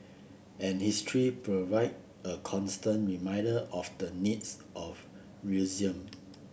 and history provide a constant reminder of the need for realism